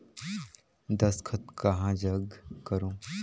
दस्खत कहा जग करो?